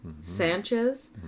Sanchez